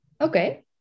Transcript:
okay